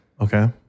Okay